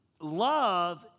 love